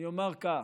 אני אומר כך: